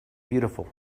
beautiful